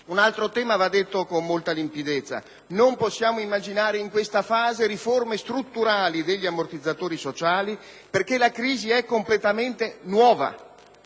Un altro tema va affrontato con molta limpidezza. Noi non possiamo immaginare in questa fase riforme strutturali degli ammortizzatori sociali, perché questa crisi è completamente nuova.